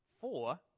four